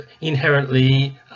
inherently